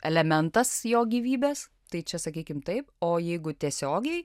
elementas jo gyvybės tai čia sakykim taip o jeigu tiesiogiai